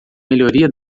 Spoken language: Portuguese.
melhoria